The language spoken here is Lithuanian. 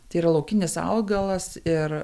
tai yra laukinis augalas ir